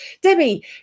Debbie